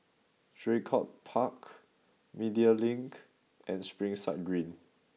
Draycott Park Media Link and Springside Green